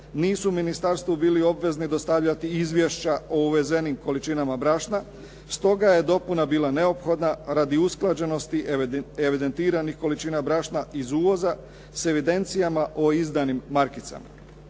nisu ministarstvu bili obvezni dostavljati izvješća o uvezenim količinama brašna, stoga je dopuna bila neophodna radi usklađenosti evidentiranih količina brašna iz uvoza s evidencijama o izdanim markicama.